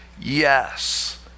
yes